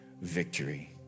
victory